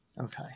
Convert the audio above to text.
okay